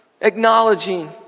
acknowledging